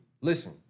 Listen